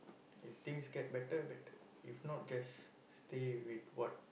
if things get better better if not just stay with it what